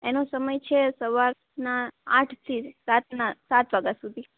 એનો સમય છે સવારના આઠથી રાતના સાત વાગા સુધી